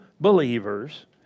believers